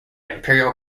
imperial